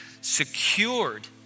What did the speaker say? secured